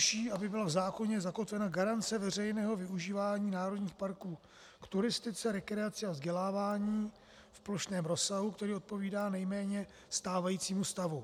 Za další, aby byla v zákoně zakotvena garance veřejného využívání národních parků k turistice, rekreaci a vzdělávání v plošném rozsahu, který odpovídá nejméně stávajícímu stavu.